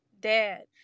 dad